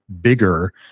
bigger